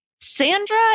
Sandra